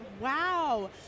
wow